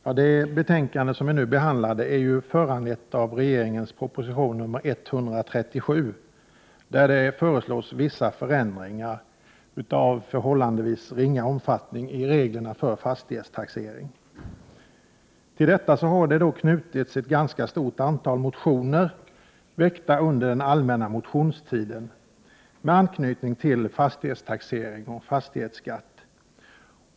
Herr talman! Det betänkande som vi nu behandlar är ju föranlett av proposition nr 137, där det föreslås vissa förändringar av förhållandevis ringa omfattning i reglerna för fastighetstaxering. Det har under den allmänna motionstiden väckts ett ganska stort antal motioner med anknytning till fastighetstaxering och fastighetsskatt.